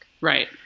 Right